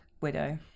Widow